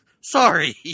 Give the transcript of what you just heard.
Sorry